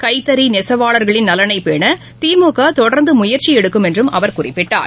கைத்தறிநெசவாளர்களின் நலனைபேணதிமுகதொடர்ந்துமுயற்சிஎடுக்கும் என்றுஅவர் குறிப்பிட்டார்